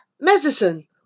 medicine